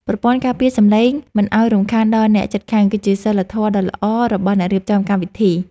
ប្រព័ន្ធការពារសម្លេងមិនឱ្យរំខានដល់អ្នកជិតខាងគឺជាសីលធម៌ដ៏ល្អរបស់អ្នករៀបចំកម្មវិធី។